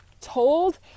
told